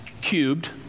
cubed